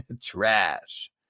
trash